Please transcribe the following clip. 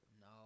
no